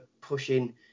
pushing